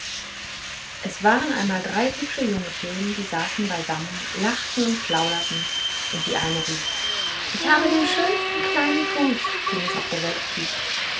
es waren einmal drei hübsche junge feen die saßen beisammen lachten und plauderten und die eine rief ich habe doch den schönsten kleinen fuß den es auf der welt gibt